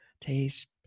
taste